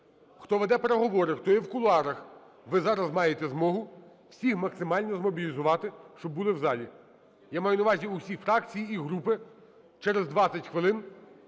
хто веде переговори, хто є в кулуарах, ви зараз маєте змогу всіх максимально змобілізувати, щоб були в залі. Я маю на увазі усі фракції і групи через 20 хвилин